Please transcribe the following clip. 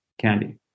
candy